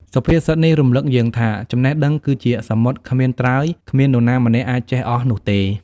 សុភាសិតនេះរំឭកយើងថា ចំណេះដឹងគឺជាសមុទ្រគ្មានត្រើយ គ្មាននរណាម្នាក់អាចចេះអស់នោះទេ។